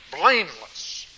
blameless